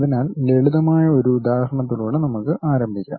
അതിനാൽ ലളിതമായ ഒരു ഉദാഹരണത്തിലൂടെ നമുക്ക് ആരംഭിക്കാം